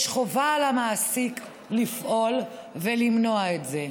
יש חובה על המעסיק לפעול ולמנוע את זה,